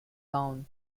town